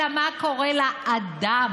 אלא מה קורה לאדם,